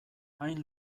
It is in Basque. hain